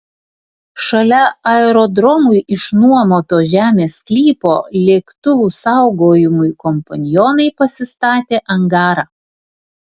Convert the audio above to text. šalia aerodromui išnuomoto žemės sklypo lėktuvų saugojimui kompanionai pasistatė angarą